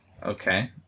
Okay